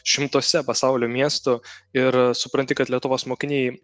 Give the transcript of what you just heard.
šimtuose pasaulio miestų ir supranti kad lietuvos mokiniai